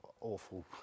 awful